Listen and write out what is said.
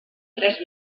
tres